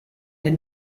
denn